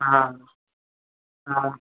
हा हा